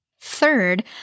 Third